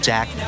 Jack